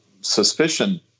suspicion